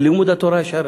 ללימוד התורה יש ערך.